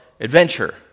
adventure